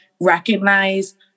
recognize